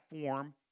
form